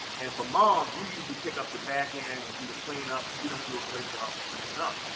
and for moms, you usually pick up the back end and do the cleanup, because we don't do a great job of cleaning up.